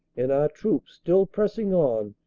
and our troops, still pressing on,